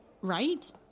right